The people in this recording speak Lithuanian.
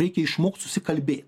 reikia išmokt susikalbėt